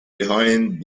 behind